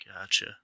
Gotcha